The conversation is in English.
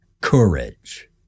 courage